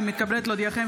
אני מתכבדת להודיעכם,